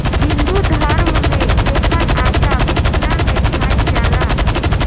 हिंदू धरम में एकर आटा भुखला में खाइल जाला